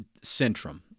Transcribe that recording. Centrum